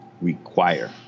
require